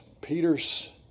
Peter's